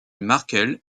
markel